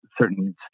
certain